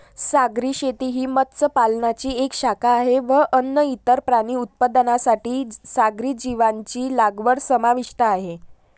सागरी शेती ही मत्स्य पालनाची एक शाखा आहे व अन्न, इतर प्राणी उत्पादनांसाठी सागरी जीवांची लागवड समाविष्ट आहे